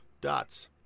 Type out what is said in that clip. dots